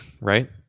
right